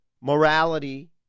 morality